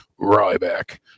Ryback